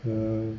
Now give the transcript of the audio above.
um